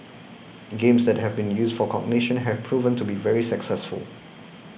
games that have been used for cognition have proven to be very successful